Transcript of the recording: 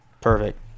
perfect